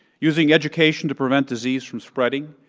using education to prevent disease from spreading,